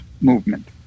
movement